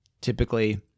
typically